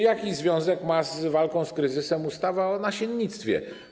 Jaki związek ma z walką z kryzysem ustawa o nasiennictwie?